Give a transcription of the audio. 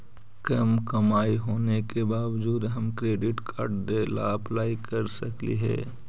कम कमाई होने के बाबजूद हम क्रेडिट कार्ड ला अप्लाई कर सकली हे?